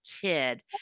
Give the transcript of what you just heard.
kid